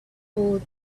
old